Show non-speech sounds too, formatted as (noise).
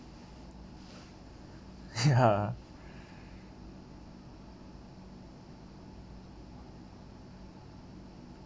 (laughs) ya